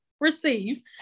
receive